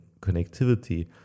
connectivity